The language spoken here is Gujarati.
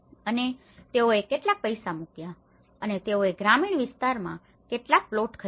અને તેઓએ કેટલાક પૈસા મૂક્યા અને તેઓએ ગ્રામીણ વિસ્તારમાં કેટલાક પ્લોટ ખરીદ્યા